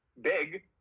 big